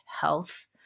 health